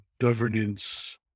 governance